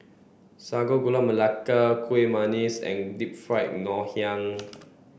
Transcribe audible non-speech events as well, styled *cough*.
sago gula melaka kuih *unintelligible* and deep fried Ngoh Hiang